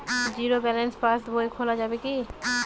Zero balance pass বই খোলা যাবে কি?